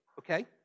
okay